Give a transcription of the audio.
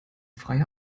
freie